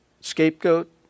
Scapegoat